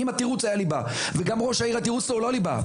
אם התירוץ היה ליבה וגם ראש העיר התרוץ שלו הוא לא ליבה,